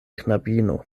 knabino